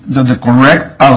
the correct o